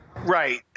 Right